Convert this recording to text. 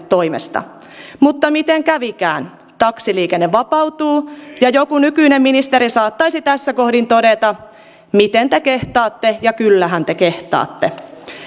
toimesta mutta miten kävikään taksiliikenne vapautuu ja joku nykyinen ministeri saattaisi tässä kohdin todeta miten te kehtaatte ja kyllähän te kehtaatte